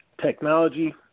technology